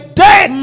dead